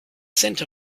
scent